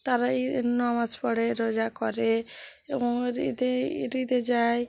তারা ঈদের নমাজ পড়ে রোজা করে এবং ঈদে ঈদে যায়